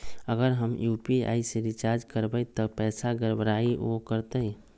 अगर हम यू.पी.आई से रिचार्ज करबै त पैसा गड़बड़ाई वो करतई?